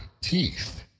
teeth